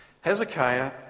Hezekiah